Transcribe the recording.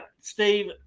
Steve